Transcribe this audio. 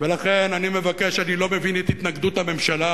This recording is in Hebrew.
לכן אני לא מבין את התנגדות הממשלה,